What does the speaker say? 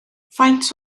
faint